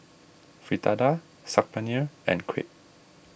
Fritada Saag Paneer and Crepe